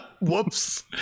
Whoops